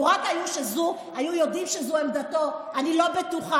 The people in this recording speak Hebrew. לו רק היו יודעים שזו עמדתו, אני לא בטוחה.